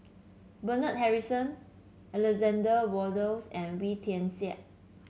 Bernard Harrison Alexander Wolters and Wee Tian Siak